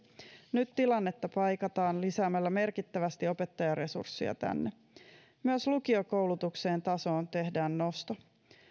nyt tilannetta paikataan lisäämällä tänne merkittävästi opettajaresursseja myös lukiokoulutuksen tasoon tehdään nosto